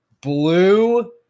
Blue